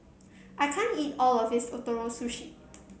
i can't eat all of this Ootoro Sushi